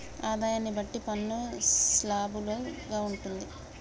ఆదాయాన్ని బట్టి పన్ను స్లాబులు గా ఉంటుంది